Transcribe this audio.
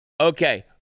Okay